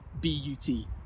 B-U-T